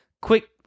Quick